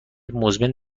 مزمن